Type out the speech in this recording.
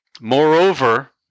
Moreover